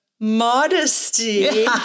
Modesty